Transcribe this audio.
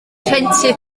rhentu